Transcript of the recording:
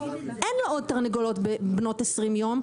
אין לו עוד תרנגולות בנות 20 ימים.